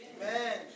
Amen